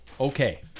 Okay